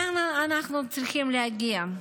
לאן אנחנו צריכים להגיע?